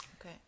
okay